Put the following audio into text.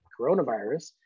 coronavirus